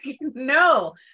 no